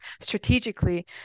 strategically